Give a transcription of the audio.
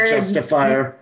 Justifier